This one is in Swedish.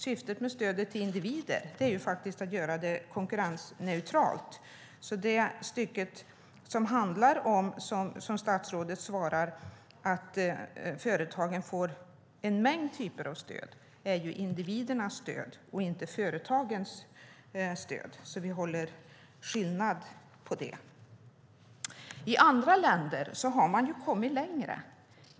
Syftet med stödet till individer är ju att göra det konkurrensneutralt, så det stycke där statsrådet svarar att företagen får en mängd typer av stöd syftar på individernas stöd och inte på företagens stöd. Låt oss göra skillnad på dem. I andra länder har man kommit längre.